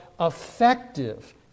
effective